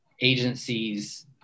agencies